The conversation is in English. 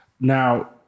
now